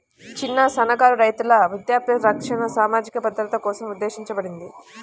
చిన్న, సన్నకారు రైతుల వృద్ధాప్య రక్షణ సామాజిక భద్రత కోసం ఉద్దేశించబడింది